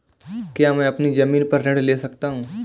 क्या मैं अपनी ज़मीन पर ऋण ले सकता हूँ?